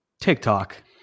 tiktok